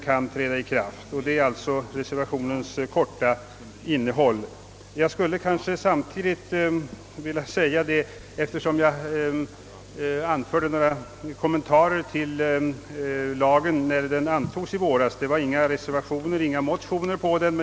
Detta är i korthet reservationens innehåll. När den aktuella lagstiftningen antogs i våras förelåg inga motioner och inga reservationer. Jag tillät mig emellertid att i ett kort anförande göra några kommentarer.